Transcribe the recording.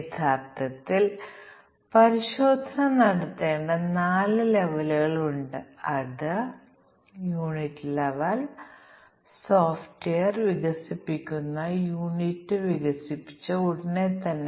1 screen പരിശോധിക്കുന്നതിനായി ഈ ദശലക്ഷക്കണക്കിന് കോമ്പിനേഷനുകൾ പ്രവർത്തിക്കുന്ന ടെസ്റ്ററുകൾ ഞങ്ങൾക്ക് ശരിക്കും ഉണ്ടായിരിക്കില്ല